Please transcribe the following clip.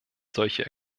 solche